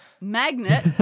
magnet